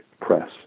press